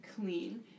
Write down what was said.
clean